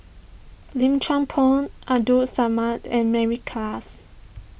Lim Chuan Poh Abdul Samad and Mary Klass